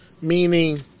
meaning